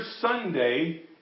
Sunday